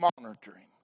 monitoring